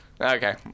okay